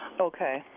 okay